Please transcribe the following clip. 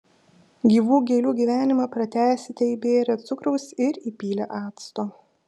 gyvų gėlių gyvenimą pratęsite įbėrę cukraus ir įpylę acto